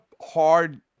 hard